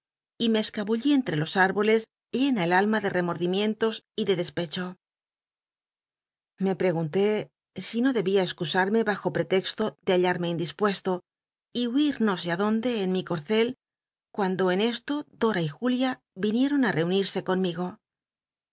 y me escabullí en tre los árboles llena el alma de remordimientos y de des pecho me pregunté si no debia excusarme bajo pretexto de hallarme indispuesto y huir no sé á donde en mi corcel cuando en esto dora y julia vinieron á relmirse conmigo